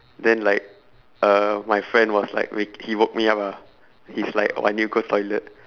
then like uh my friend was like wake he woke me up lah he was like I need go toilet